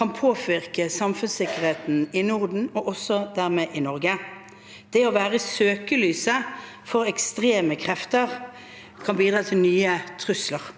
kan påvirke samfunnssikkerheten i Norden, og dermed også i Norge. Det å være i søkelyset for ekstreme krefter kan bidra til nye trusler.